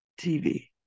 TV